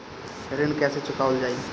ऋण कैसे चुकावल जाई?